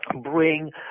bring